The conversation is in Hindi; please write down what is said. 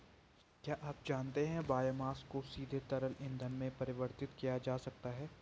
क्या आप जानते है बायोमास को सीधे तरल ईंधन में परिवर्तित किया जा सकता है?